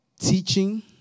teaching